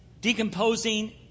decomposing